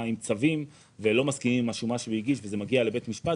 עם צווים ולא מסכימים עם השומה שהוא הגיש וזה מגיע לבית משפט,